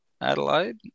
Adelaide